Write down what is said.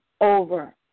over